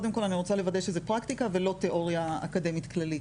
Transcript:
קודם כל אני רוצה לוודא שזה פרקטיקה ולא תיאוריה אקדמית כללית.